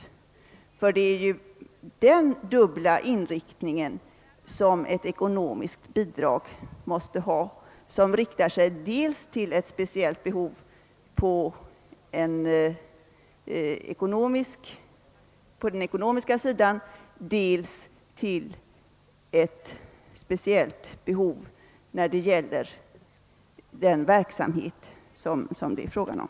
Bidraget måste ju ha den dubbla inriktningen att tillgodose dels ett speciellt behov på den ekonomiska sidan och dels ett speciellt behov när det gäller den verksamhet som det här är fråga om.